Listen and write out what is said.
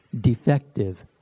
defective